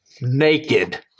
Naked